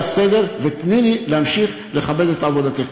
סדר ותני לי להמשיך לכבד את עבודתך,